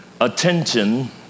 attention